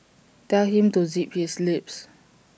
tell him to zip his lip